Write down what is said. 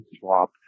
swap